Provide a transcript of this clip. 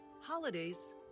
holidays